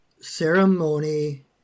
Ceremony